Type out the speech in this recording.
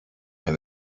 and